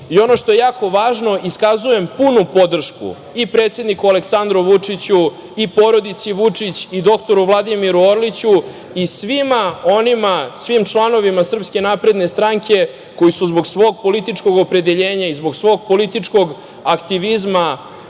i, ono što je jako važno, iskazujem punu podršku i predsedniku Aleksandru Vučiću i porodici Vučić i dr Vladimiru Orliću i svim članovima SNS koji su zbog svog političkog opredeljenja i zbog svog političkog aktivizma